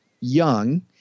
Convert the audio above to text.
young